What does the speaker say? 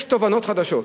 יש תובנות חדשות.